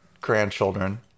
grandchildren